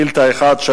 כן.